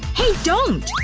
hey, don't!